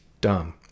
dumb